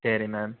சரி மேம்